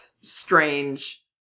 Strange